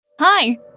Hi